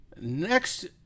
Next